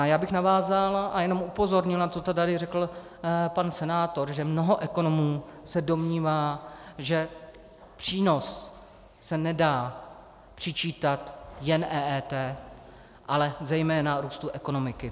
Já bych navázal a jenom upozornil na to, co tady řekl pan senátor, že mnoho ekonomů se domnívá, že přínos se nedá přičítat jen EET, ale zejména růstu ekonomiky.